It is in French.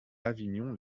avignon